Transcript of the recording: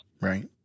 Right